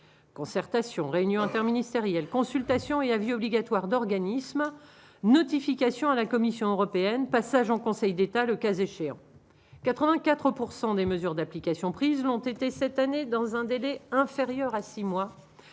concertation réunion interministérielle consultation et avis obligatoire d'organismes notification à la Commission européenne, passage en Conseil d'État, le cas échéant, 84 pourcent des mesures d'application prises l'ont été cette année dans un délai inférieur à 6 mois,